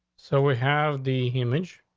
so we have the image,